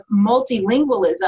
multilingualism